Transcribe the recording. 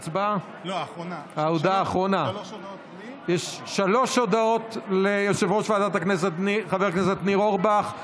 יש שלוש הודעות ליושב-ראש ועדת הכנסת חבר הכנסת ניר אורבך.